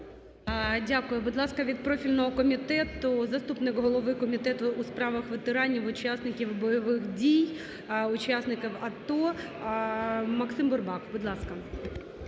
Дякую. Будь ласка, від профільного комітету заступник голови Комітету у справах ветеранів, учасників бойових дій, учасників АТО Максим Бурбак, будь ласка.